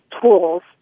tools